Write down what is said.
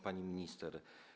Pani Minister!